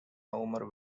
omar